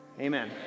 amen